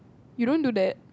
you don't do that